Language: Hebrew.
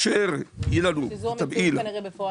רק רגע.